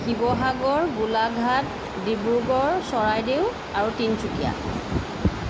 শিৱসাগৰ গোলাঘাট ডিব্ৰুগড় চৰাইদেউ আৰু তিনচুকীয়া